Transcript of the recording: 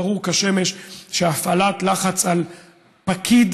ברור כשמש שהפעלת לחץ על פקיד,